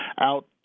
out